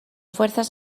fuerzas